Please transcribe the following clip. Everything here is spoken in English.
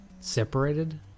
separated